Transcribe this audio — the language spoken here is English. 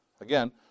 Again